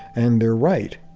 and they're right.